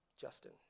Justin